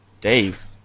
dave